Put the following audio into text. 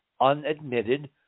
unadmitted